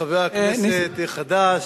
אני רוצה קודם כול לברך את חבר הכנסת החדש,